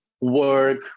work